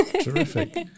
Terrific